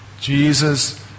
Jesus